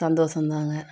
சந்தோஷந்தாங்க